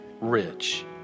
rich